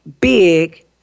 big